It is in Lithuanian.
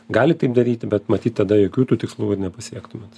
galit taip daryti bet matyt tada jokių tų tikslų ir nepasiektumėt